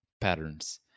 patterns